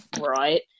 right